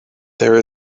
there